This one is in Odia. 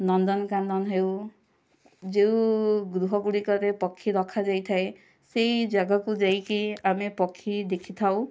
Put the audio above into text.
ନନ୍ଦନକାନନ ହେଉ ଯେଉଁ ଗୃହ ଗୁଡ଼ିକରେ ପକ୍ଷୀ ରଖା ଯାଇଥାଏ ସେହି ଯାଗାକୁ ଯାଇକି ଆମେ ପକ୍ଷୀ ଦେଖିଥାଉ